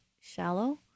shallow